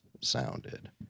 sounded